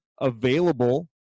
available